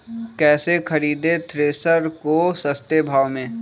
कैसे खरीदे थ्रेसर को सस्ते भाव में?